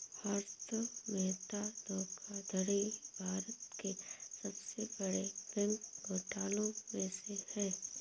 हर्षद मेहता धोखाधड़ी भारत के सबसे बड़े बैंक घोटालों में से है